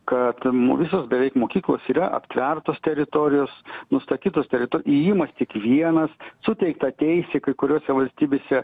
kad mu visos beveik mokyklos yra aptvertos teritorijos nustatytos terito įėjimas tik vienas suteikta teisė kai kuriose valstybėse